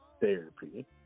therapy